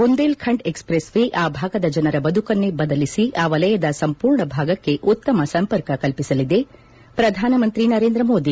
ಬುಂದೇಲ್ ಖಂಡ್ expressway ಆ ಭಾಗದ ಜನರ ಬದುಕನ್ನೇ ಬದಲಿಸಿ ಆ ವಲಯದ ಸಂಪೂರ್ಣ ಭಾಗಕ್ಕೆ ಉತ್ತಮ ಸಂಪರ್ಕ ಕಲ್ಪಿಸಲಿದೆ ಪ್ರಧಾನಮಂತ್ರಿ ನರೇಂದ್ರ ಮೋದಿ